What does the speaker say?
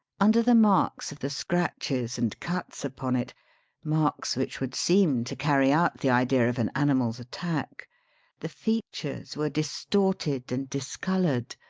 under the marks of the scratches and cuts upon it marks which would seem to carry out the idea of an animal's attack the features were distorted and discoloured,